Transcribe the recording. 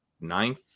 ninth